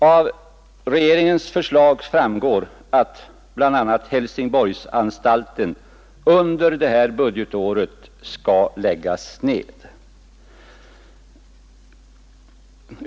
Av regeringens förslag framgår att bl.a. Helsingborgsanstalten skall läggas ner under detta budgetår.